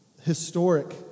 historic